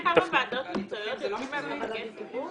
אתה יודע בכמה ועדות מקצועיות יושבים נציגי ציבור?